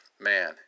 Man